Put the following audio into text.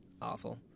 awful